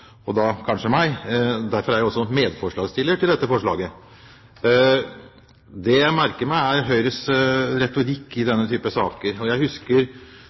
og da kanskje meg. Derfor er jeg også medforslagsstiller til dette forslaget. Det jeg merker meg, er Høyres retorikk i denne typen saker. Jeg husker